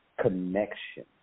connection